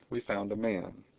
we found a man.